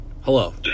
Hello